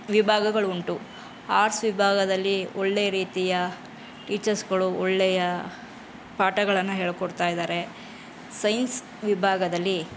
ವಿಭಾಗಗಳುಂಟು arts ವಿಭಾಗದಲ್ಲಿ ಒಳ್ಳೆಯ ರೀತಿಯ ಟೀಚರ್ಸುಗಳು ಒಳ್ಳೆಯ ಪಾಠಗಳನ್ನು ಹೇಳಿಕೊಡ್ತಾ ಇದ್ದಾರೆ ಸೈನ್ಸ್ ವಿಭಾಗದಲ್ಲಿ